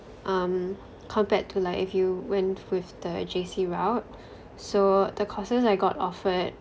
um compared to like if you went with the J_C route so the courses I got offered